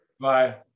Bye